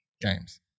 games